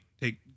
take